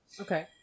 Okay